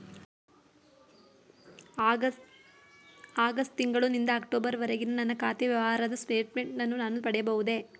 August ತಿಂಗಳು ನಿಂದ October ವರೆಗಿನ ನನ್ನ ಖಾತೆ ವ್ಯವಹಾರದ ಸ್ಟೇಟ್ಮೆಂಟನ್ನು ನಾನು ಪಡೆಯಬಹುದೇ?